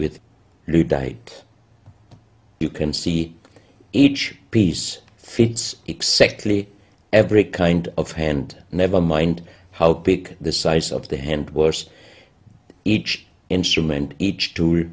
with the diet you can see each piece fits exceptionally every kind of hand never mind how big the size of the hand worse each instrument each t